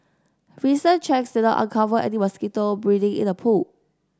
recent checks did not uncover any mosquito breeding in the pool